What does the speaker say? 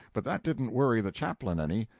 but that didn't worry the chaplain any,